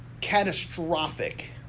catastrophic